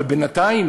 אבל בינתיים,